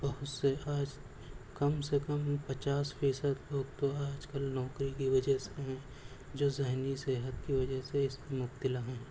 بہت سے آج کم سے کم پچاس فیصد لوگ تو آجکل نوکری کی وجہ سے ہیں جو ذہنی صحت کی وجہ سے اس میں مبتلا ہیں